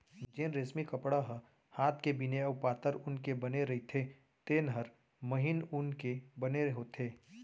जेन रेसमी कपड़ा ह हात के बिने अउ पातर ऊन के बने रइथे तेन हर महीन ऊन के बने होथे